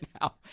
now